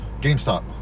GameStop